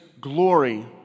glory